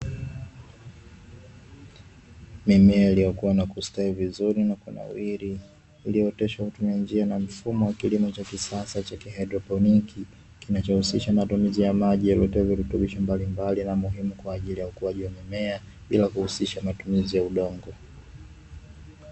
Mimea iliyokua na kustawi vizuri na kunawiri iliyooteshwa kwa kutumia njia na mfumo wa kilimo cha kisasa cha kihaidroponi, kinachohusisha matumizi ya maji yaliyotiwa virutubisho mbalimbali na muhimu kwa ajili ya ukuaji wa mimea bila kuhusisha matumizi ya udongo.